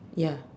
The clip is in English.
ya